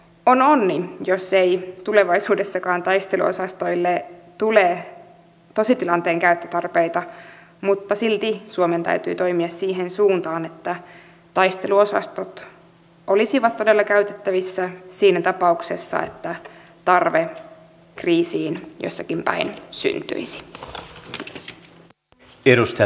on onni jos tulevaisuudessakaan taisteluosastoille ei tule tositilanteen käyttötarpeita mutta silti suomen täytyy toimia siihen suuntaan että taisteluosastot olisivat todella käytettävissä siinä tapauksessa että tarve kriisissä jossakin päin syntyisi